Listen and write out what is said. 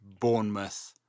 Bournemouth